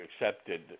accepted